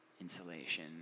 insulation